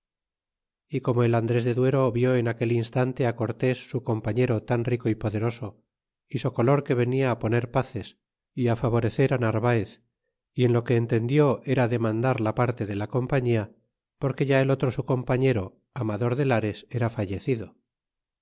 y como el andres de duero vió en aquel instante cortés su compañero tan rico y poderoso y socolor que venia poner pazes y favorecer narvaez y en lo que entendió era demandar la parte de la compañia porque ya el otro su compañero amador de lares era fallecido